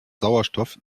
sauerstoff